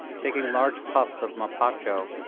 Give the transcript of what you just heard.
taking large puffs of mapacho,